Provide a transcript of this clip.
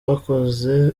bakoze